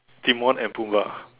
Timon and Pumbaa